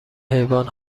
حیوان